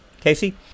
Casey